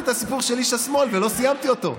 את הסיפור של איש השמאל ולא סיימתי אותו.